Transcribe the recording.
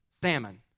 salmon